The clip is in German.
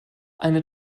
eine